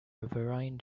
riverine